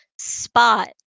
spot